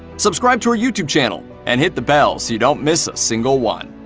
subscribe to our youtube channel and hit the bell so you don't miss a single one.